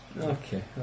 Okay